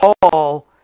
Paul